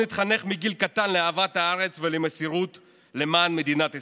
התחנך מגיל קטן לאהבת הארץ ולמסירות למען מדינת ישראל.